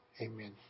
Amen